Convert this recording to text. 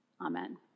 Amen